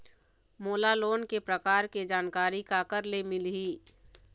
मोला लोन के प्रकार के जानकारी काकर ले मिल ही?